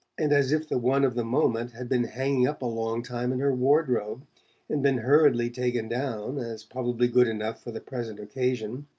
and as if the one of the moment had been hanging up a long time in her wardrobe and been hurriedly taken down as probably good enough for the present occasion.